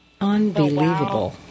Unbelievable